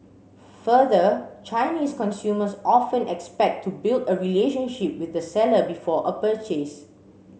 further Chinese consumers often expect to build a relationship with the seller before a purchase